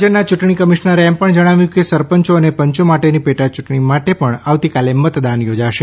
રાજ્યના ચૂંટણી કમિશ્નરે એમ પણ જણાવ્યું કે સરપંચો અને પંચો માટેની પેટાચૂંટણી માટે પણ આવતીકાલે મતદાન યોજાશે